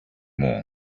more